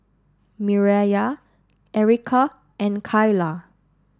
Mireya Erika and Kaila